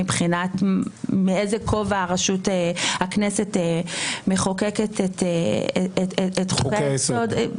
מאיזה כובע הכנסת מחוקקת את חוקי היסוד,